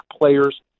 players